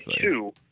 two